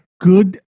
good